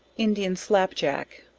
indian slapjack.